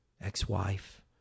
Ex-wife